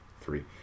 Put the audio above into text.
Three